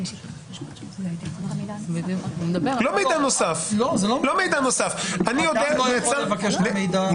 אדם לא יכול לבקש את המידע?